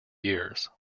years